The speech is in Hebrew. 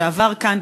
שעבר כאן,